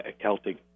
Celtic